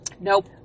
nope